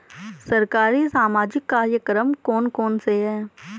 सरकारी सामाजिक कार्यक्रम कौन कौन से हैं?